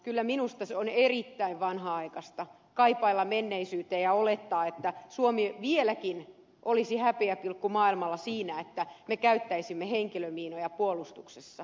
kyllä minusta on erittäin vanhanaikaista kaipailla menneisyyteen ja olettaa että suomi vieläkin olisi häpeäpilkku maailmalla siinä että me käyttäisimme henkilömiinoja puolustuksessa